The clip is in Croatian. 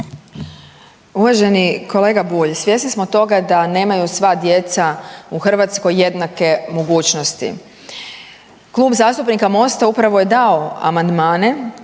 Uvaženi kolega Bulj svjesni smo toga da nemaju sva djeca u Hrvatskoj jednake mogućnosti. Klub zastupnika Mosta upravo je dao amandmane